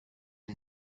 and